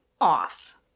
off